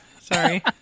Sorry